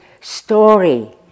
story